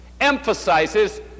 emphasizes